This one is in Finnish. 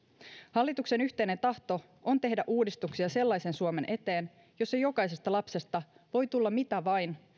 hallituksen yhteinen tahto on tehdä uudistuksia sellaisen suomen eteen jossa jokaisesta lapsesta voi tulla mitä vain